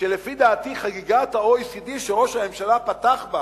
שלפי דעתי חגיגת ה-OECD, שראש הממשלה פתח בה